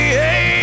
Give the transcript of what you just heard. hey